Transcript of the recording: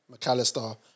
McAllister